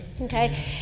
Okay